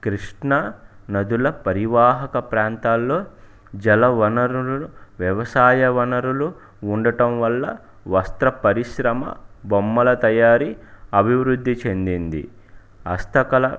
కృష్ణ నదుల పరివాహక ప్రాంతాల్లో జల వనరులు వ్యవసాయ వనరులు ఉండటం వల్ల వస్త్ర పరిశ్రమ బొమ్మల తయారీ అభివృద్ధి చెందింది హస్తకళ